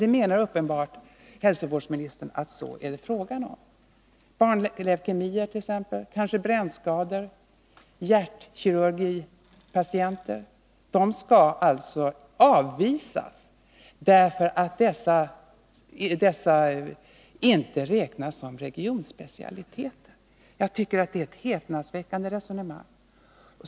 Det menar uppenbarligen hälsovårdsministern. Barnleukemier, patienter med brännskador, hjärtkirurgipatienter skulle alltså avvisas, därför att dessa sjukdomar inte räknas som regionspecialiteter! Det är ett häpnadsväckande resonemang.